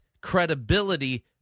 credibility